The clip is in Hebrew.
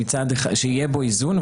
שיהיה בו איזון,